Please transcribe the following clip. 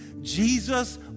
Jesus